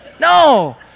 No